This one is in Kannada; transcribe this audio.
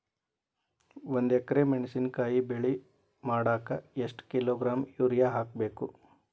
ಒಂದ್ ಎಕರೆ ಮೆಣಸಿನಕಾಯಿ ಬೆಳಿ ಮಾಡಾಕ ಎಷ್ಟ ಕಿಲೋಗ್ರಾಂ ಯೂರಿಯಾ ಹಾಕ್ಬೇಕು?